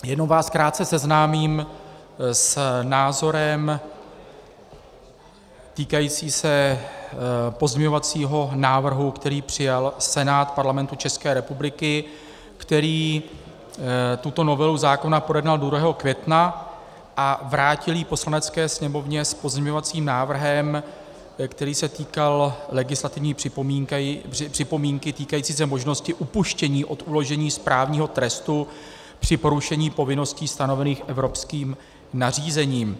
Jenom vás krátce seznámím s názorem týkajícím se pozměňovacího návrhu, který přijal Senát Parlamentu České republiky, který tuto novelu zákona projednal 2. května a vrátil ji Poslanecké sněmovně s pozměňovacím návrhem, který se týkal legislativní připomínky týkající se možnosti upuštění od uložení správního trestu při porušení povinností stanovených evropským nařízením.